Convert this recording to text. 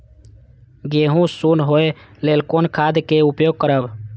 गेहूँ सुन होय लेल कोन खाद के उपयोग करब?